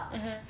mmhmm